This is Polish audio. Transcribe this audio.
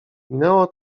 minęło